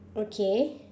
okay